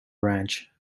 ranch